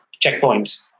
checkpoints